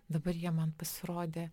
dabar jie man pasirodė